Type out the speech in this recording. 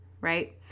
right